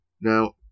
Now